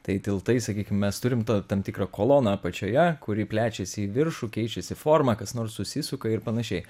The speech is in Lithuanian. tai tiltai sakykim mes turim to tam tikrą koloną apačioje kuri plečiasi į viršų keičiasi forma kas nors susisuka ir panašiai